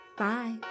Bye